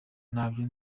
ntabyo